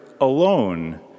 alone